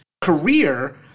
career